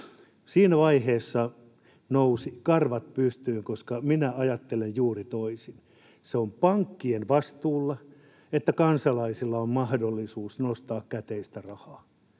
Siinä vaiheessa nousivat karvat pystyyn, koska minä ajattelen juuri toisin. Se on pankkien vastuulla, että kansalaisilla on mahdollisuus nostaa käteistä rahaa,